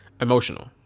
emotional